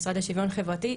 משרד לשוויון חברתי,